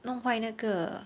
弄坏那个